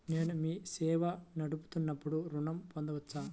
నేను మీ సేవా నడుపుతున్నాను ఋణం పొందవచ్చా?